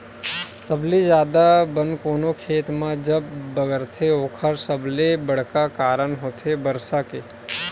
सबले जादा बन कोनो खेत म जब बगरथे ओखर सबले बड़का कारन होथे बरसा के